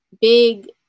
big